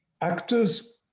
actors